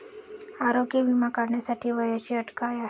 आरोग्य विमा काढण्यासाठी वयाची अट काय आहे?